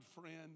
friend